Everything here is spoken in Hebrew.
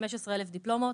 15,000 דיפלומות.